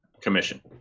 commission